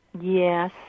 Yes